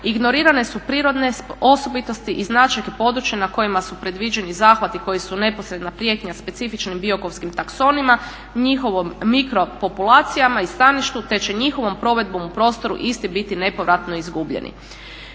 Ignorirane su prirodne osobitosti i značajke područja na kojima su predviđeni zahvati koji su neposredna prijetnja specifičnim biokovskim taksonima, njihovim mikro populacijama i staništu te će njihovom provedbom u prostoru isti biti nepovratno izgubljeni.